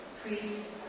priests